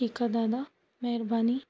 ठीकु आहे दादा महिरबानी